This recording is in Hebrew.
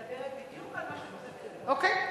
מדברת בדיוק על, אוקיי.